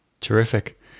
Terrific